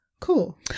Cool